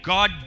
God